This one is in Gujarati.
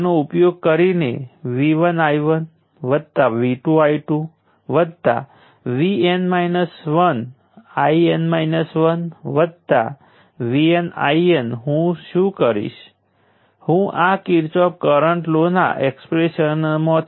તેથી મને કહેવા દો કે કરંટ 100 માઇક્રોસેકન્ડના ઈન્ટરવલમાં 0 થી 10 મિલી એમ્પીયરમાં બદલાય છે અને તે t 100 માઇક્રોસેકન્ડ્સ પછી 10 મિલી એમ્પીયર ઉપર રહે છે